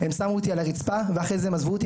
הם שמו אותי על הרצפה, ואחרי זה הם עזבו אותי.